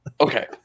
okay